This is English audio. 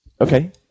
Okay